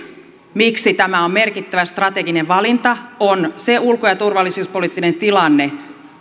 miksi tämä on merkittävä strateginen valinta on se ulko ja turvallisuuspoliittinen tilanne